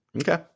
Okay